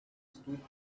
stood